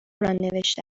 نوشته